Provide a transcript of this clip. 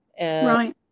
Right